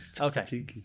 Okay